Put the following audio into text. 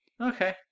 Okay